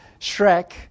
Shrek